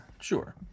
sure